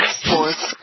sports